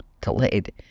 delayed